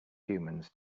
humans